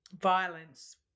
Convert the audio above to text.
violence